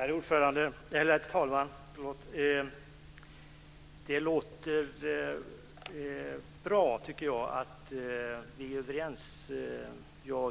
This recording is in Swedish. Herr talman! Jag tycker att det låter bra att